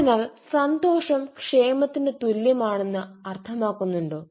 അതിനാൽ സന്തോഷം ക്ഷേമത്തിന് തുല്യമാണെന്ന് അർത്ഥമാക്കുന്നുണ്ടോ